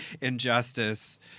injustice